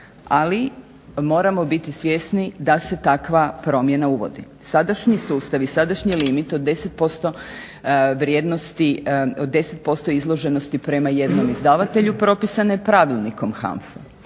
ali moramo biti svjesni da se takva promjena uvodi. Sadašnji sustav i sadašnji limit od 10% vrijednosti, od 10% izloženosti prema jednom izdavatelju propisano je pravilnikom HANFA-e